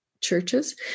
churches